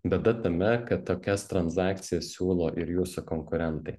bėda tame kad tokias tranzakcijas siūlo ir jūsų konkurentai